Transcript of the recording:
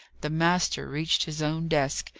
the master reached his own desk,